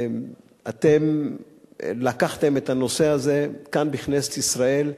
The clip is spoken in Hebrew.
אתם לקחתם את הנושא הזה, כאן בכנסת ישראל,